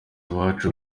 iwacu